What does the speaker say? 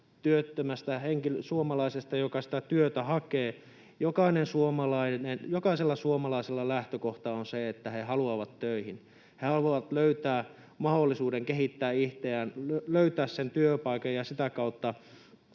työttömästä suomalaisesta, joka sitä työtä hakee. Jokaisella suomalaisella lähtökohta on se, että he haluavat töihin. He haluavat löytää mahdollisuuden kehittää itseään, löytää sen työpaikan ja sitä kautta